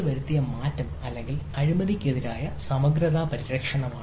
ഡാറ്റയിൽ വരുത്തിയ മാറ്റം അല്ലെങ്കിൽ അഴിമതിക്കെതിരായ സമഗ്രത പരിരക്ഷണം